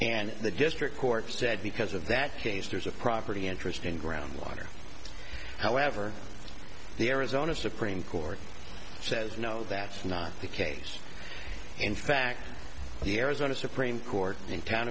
and the district court said because of that case there's a property interest in groundwater however the arizona supreme court says no that's not the case in fact the arizona supreme court in town